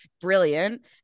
brilliant